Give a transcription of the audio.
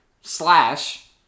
slash